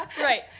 right